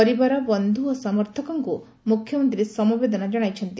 ପରିବାର ବନ୍ଧ୍ ଓ ସମର୍ଥକଙ୍କୁ ମୁଖ୍ୟମନ୍ତୀ ସମବେଦନା କଣାଇଛନ୍ତି